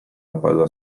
opadła